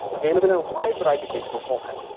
available in a wide variety of digital formats.